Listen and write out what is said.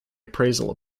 appraisal